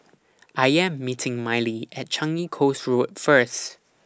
I Am meeting Mylee At Changi Coast Road First